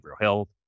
health